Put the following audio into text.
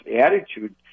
attitude